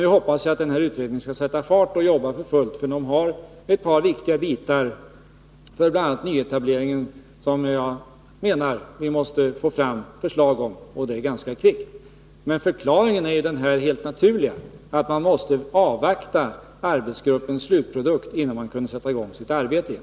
Jag hoppas att utredningen skall sätta fart och jobba för fullt, för den har ett par viktiga bitar, bl.a. nyetableringen, som jag skattereform menar att vi måste få fram förslag om, och det ganska kvickt. Men m.m. ” förklaringen är ju helt naturligt att man måste avvakta arbetsgruppens slutprodukt, innan man kunde sätta i gång sitt arbete igen.